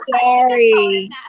sorry